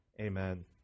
Amen